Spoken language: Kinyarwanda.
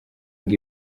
ngo